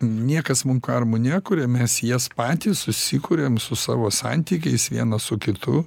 niekas mum karmų nekuria mes jas patys susikuriam su savo santykiais vienas su kitu